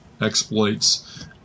exploits